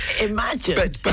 imagine